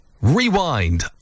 Rewind